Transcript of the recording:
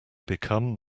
become